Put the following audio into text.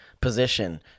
position